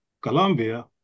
Columbia